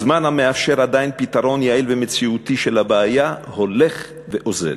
הזמן המאפשר עדיין פתרון יעיל ומציאותי של הבעיה הולך ואוזל.